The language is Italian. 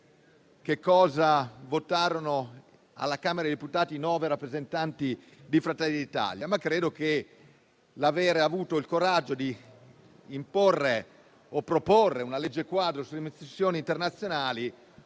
che cosa votarono nel 2016 alla Camera dei deputati nove rappresentanti di Fratelli d'Italia, ma credo che aver avuto il coraggio di imporre o proporre una legge quadro sulle missioni internazionali